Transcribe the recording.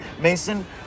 Mason